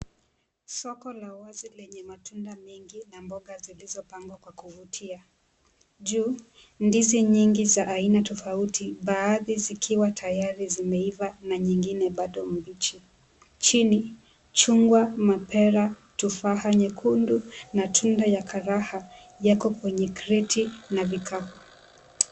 Soko la wazi lenye matunda mengi na mboga zilizopangwa kwa kuvutia. Juu, ndizi nyingi za aina tofauti, baadhi zikiwa tayari zimeiva na nyingine bado mbichi. Chini chungwa, mapera, tufaha nyekundu na tunda ya karaha yako kwenye kreti na vikapu.